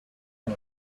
con